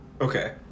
okay